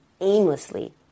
aimlessly